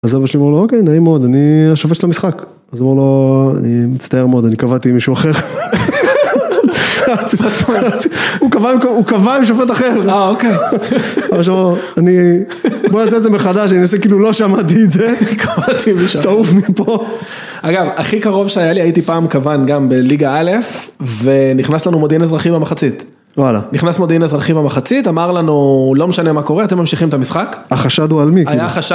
אז אבא שלי אמרו לא אוקיי נעים מאד, אני השופט של המשחק! אמרו לו: אני מצטער מאוד, אני קבעתי עם מישהו אחר. הוא קבע עם שופט אחר. אמר שהוא, אני... בוא נעשה את זה מחדש, אני אנסה כאילו לא שמעתי את זה. קבעתי ותעוף פה. אגב, הכי קרוב שהיה לי. הייתי פעם קוון גם בליגה א'. וככה נכנס לנו מודיעין אזרחי המחצית. וואלה. נכנס מודיעין אזרחי במחצית. אמר לנו לא משנה מה קורה אתם ממשיכים את המשחק החשד הוא על מי כאילו? היה חשד